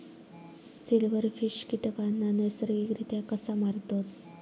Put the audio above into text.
Silverfish कीटकांना नैसर्गिकरित्या कसा मारतत?